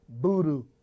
Voodoo